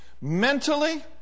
mentally